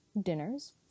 dinners